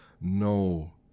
No